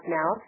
now